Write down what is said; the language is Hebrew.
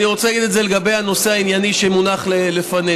אני רוצה להגיד את זה לגבי הנושא הענייני שמונח לפנינו.